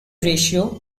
ratio